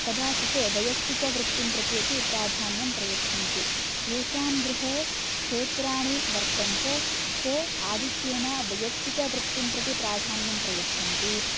कदाचित् वैयक्तिकवृतिं प्रति अपि प्रधान्यं प्रयच्छन्ति येषां गृहे क्षेत्राणि वर्तन्ते ते आधिक्येन वैयक्तिकावृतिं प्रति प्राधान्यं प्रयच्छन्ति